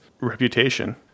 reputation